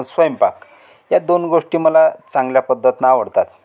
स्वयंपाक या दोन गोष्टी मला चांगल्या पद्धतना आवडतात